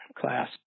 class